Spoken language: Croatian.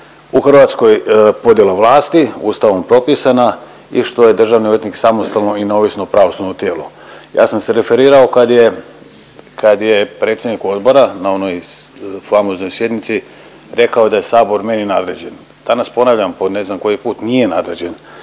u Hrvatskoj podjela vlasti Ustavom propisana i što je državni odvjetnik samostalno i neovisno pravosudno tijelo. Ja sam se referirao kad je, kad je predsjednik odbora na onoj famoznoj sjednici rekao da je meni sabor nadređeni. Danas ponavlja po ne znam koji put, nije nadređen,